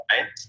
right